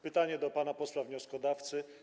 Pytanie do pana posła wnioskodawcy.